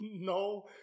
no